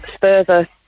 further